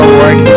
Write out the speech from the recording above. Lord